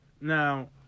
now